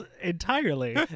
entirely